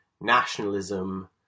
nationalism